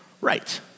Right